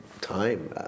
time